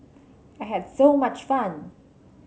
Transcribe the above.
I had so much fun